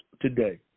today